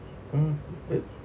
mm eh